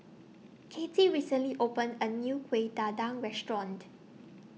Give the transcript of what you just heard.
Katy recently opened A New Kueh Dadar Restaurant